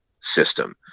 system